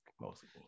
mostly